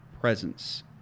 presence